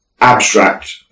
abstract